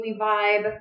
vibe